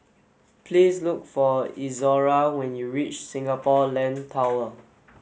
please look for Izora when you reach Singapore Land Tower